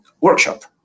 workshop